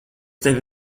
tevi